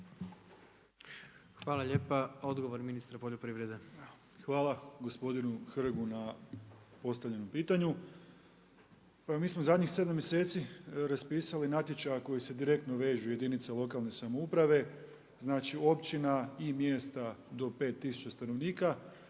Hvala lijepa, odgovor ministra poljoprivrede. **Tolušić, Tomislav (HDZ)** Hvala gospodinu Hrgu na postavljenom pitanju. Pa mi smo zadnjih 7 mjeseci raspisali natječaja koji se direktno vežu u jedinice lokalne samouprave, znači općina i mjesta i do 5 tisuća stanovnika,